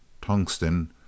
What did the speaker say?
Tungsten